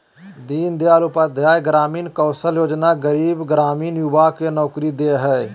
दीन दयाल उपाध्याय ग्रामीण कौशल्य योजना गरीब ग्रामीण युवा के नौकरी दे हइ